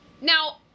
Now